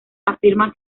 afirma